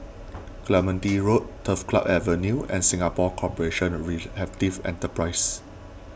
Clementi Road Turf Club Avenue and Singapore Corporation of Rehabilitative Enterprises